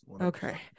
okay